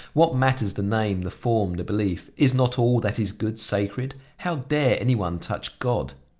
what matters the name, the form, the belief? is not all that is good sacred? how dare any one touch god?